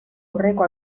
aurreko